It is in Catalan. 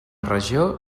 regió